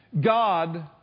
God